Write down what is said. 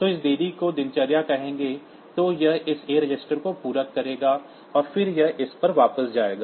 तो इस देरी को दिनचर्या कहेंगे तो यह इस A रजिस्टर को पूरक करेगा और फिर यह इस पर वापस जाएगा